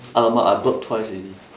!alamak! I burp twice already